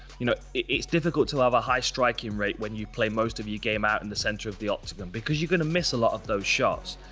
you know, it's difficult to have a high striking rate when you play most of the game out in the center of the octagon, because you're gonna miss a lot of those shots.